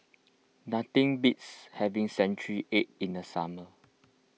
nothing beats having Century Egg in the summer